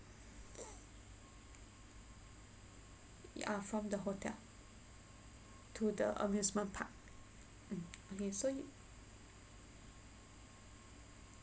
ya from the hotel to the amusement park um okay so